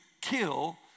kill